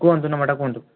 କୁହନ୍ତୁ ନମ୍ବରଟା କୁହନ୍ତୁ